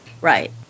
Right